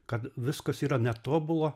kad viskas yra netobula